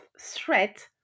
threat